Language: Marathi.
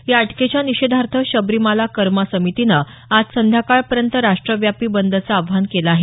या अटकेच्या निषेधार्थ शबरीमाला कर्मा समितीनं आज संध्याकाळपर्यंत राष्ट्रव्यापी बंदचं आवाहन केलं आहे